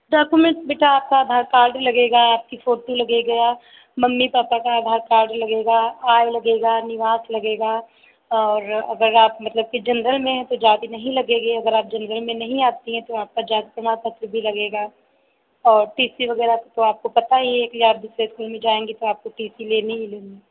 document बेटा आपका Aadhaar card लगेगा आपकी फोटो लगेगा मम्मी पापा का आधार कार्ड लगेगा आय लगेगा निवास लगेगा और अगर आप मतलब कि जनरल में हैं तो जाति नहीं लगेगी अगर आप जनरल में नहीं आती हैं तो आपका जाति प्रमाणपत्र भी लगेगा और टी सी वगैरह तो आपको पता ही है कि आप दूसरे इस्कूल में जाएंगी तो आपको टी सी लेनी ही लेनी है